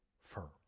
firm